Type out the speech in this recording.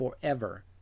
forever